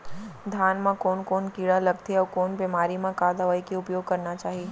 धान म कोन कोन कीड़ा लगथे अऊ कोन बेमारी म का दवई के उपयोग करना चाही?